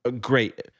great